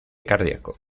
cardíaco